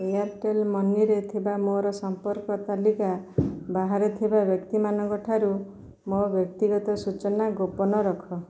Airtel ମନିରେ ଥିବା ମୋର ସମ୍ପର୍କ ତାଲିକା ବାହାରେ ଥିବା ବ୍ୟକ୍ତିମାନଙ୍କ ଠାରୁ ମୋ ବ୍ୟକ୍ତିଗତ ସୂଚନା ଗୋପନ ରଖ